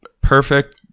perfect